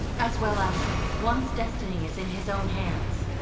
as well as one's destiny is in his own hands,